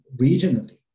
regionally